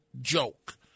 joke